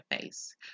face